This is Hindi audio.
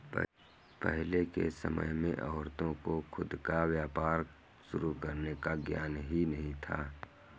पहले के समय में औरतों को खुद का व्यापार शुरू करने का ज्ञान ही नहीं था